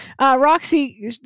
Roxy